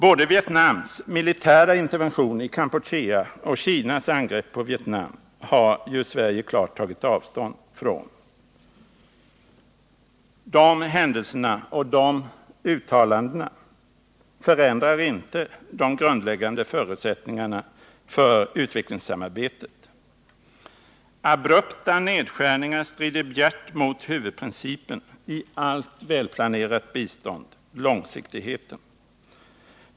Både Vietnams militära intervention i Kampuchea och Kinas angrepp på Vietnam har ju Sverige klart tagit avstånd från. De händelserna och de uttalandena förändrar inte de grundläggande förutsättningarna för utvecklingssamarbetet. Abrupta nedskärningar strider bjärt mot huvudprincipen i allt välplanerat bistånd, långsiktigheten.